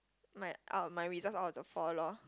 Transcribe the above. my out my results out of the four lor